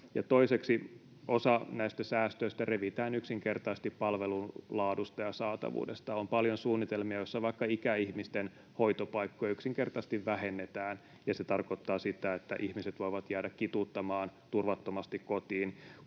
toiseksi: osa näistä säästöistä revitään yksinkertaisesti palvelun laadusta ja saatavuudesta. On paljon suunnitelmia, joissa vaikka ikäihmisten hoitopaikkoja yksinkertaisesti vähennetään, ja se tarkoittaa sitä, että ihmiset voivat jäädä kituuttamaan turvattomasti kotiin.